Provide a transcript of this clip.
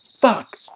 fuck